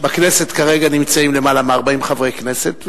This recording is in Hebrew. בכנסת כרגע נמצאים למעלה מ-40 חברי כנסת,